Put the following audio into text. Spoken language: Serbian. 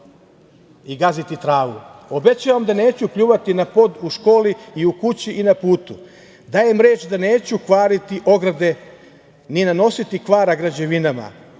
i gaziti travu, obećavam da neću pljuvati na pod u školi i u kući i na putu, dajem reč da neću kvariti ograde, ni nanositi kvar na građevinama,